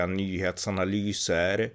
nyhetsanalyser